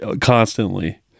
constantly